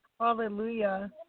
Hallelujah